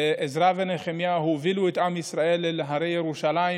עזרא ונחמיה הובילו את עם ישראל אל הרי ירושלים